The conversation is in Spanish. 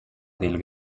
del